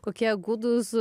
kokie gūdūs